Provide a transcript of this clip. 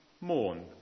Mourn